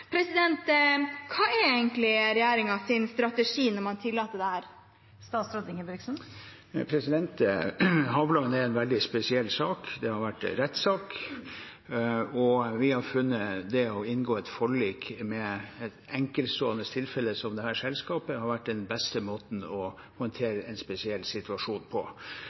Hva er egentlig regjeringens strategi når man tillater dette? Hav Line er en veldig spesiell sak. Det har vært rettssak, og vi har funnet at det å inngå forlik med enkeltstående tilfeller som dette selskapet har vært den beste måten å håndtere en spesiell situasjon på.